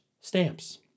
Stamps